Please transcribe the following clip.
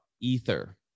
ether